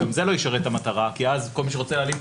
גם זה לא ישרת את המטרה כי מי שירצה להעלים אז את